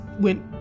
went